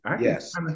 Yes